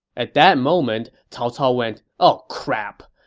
at that moment, cao cao went oh crap!